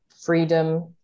freedom